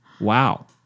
Wow